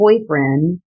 boyfriend